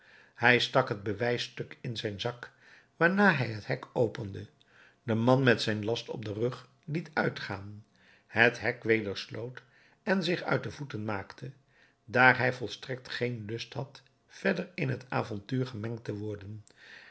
hij stak het bewijsstuk in zijn zak waarna hij het hek opende den man met zijn last op den rug liet uitgaan het hek weder sloot en zich uit de voeten maakte daar hij volstrekt geen lust had verder in het avontuur gemengd te worden